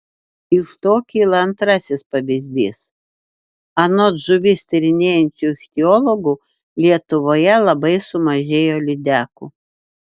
iš to kyla antrasis pavyzdys anot žuvis tyrinėjančių ichtiologų lietuvoje labai sumažėjo lydekų